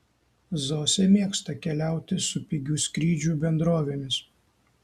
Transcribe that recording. zosė mėgsta keliauti su pigių skrydžių bendrovėmis